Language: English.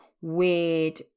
weird